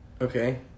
Okay